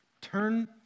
turn